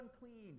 unclean